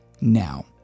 now